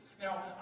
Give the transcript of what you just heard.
Now